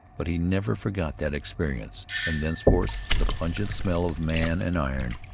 but he never forgot that experience, and thenceforth the pungent smell of man and iron,